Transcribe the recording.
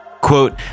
Quote